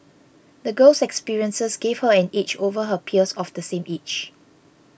the girl's experiences gave her an edge over her peers of the same age